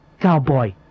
cowboy